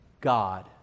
God